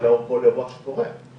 לא שומעים אותך.